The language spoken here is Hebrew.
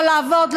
לא לעבוד,